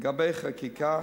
לגבי חקיקה